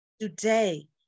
today